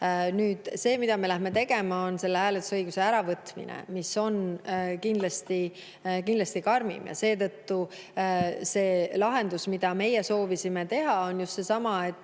Nüüd see, mida me läheme tegema, on hääletusõiguse äravõtmine, mis on kindlasti karmim. Seetõttu see lahendus, mida meie soovisime teha, on just seesama, et